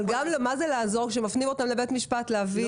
מה זה לעזור כשמפנים אותו לבית משפט להביא